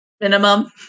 Minimum